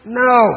no